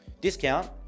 discount